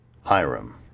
Hiram